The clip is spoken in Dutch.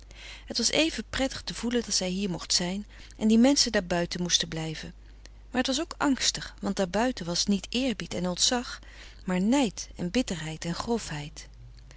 het was even prettig te voelen dat zij hier mocht zijn en die menschen daarbuiten moesten blijven maar het was ook angstig want daarbuiten was niet eerbied en ontzag maar nijd en bitterheid en grofheid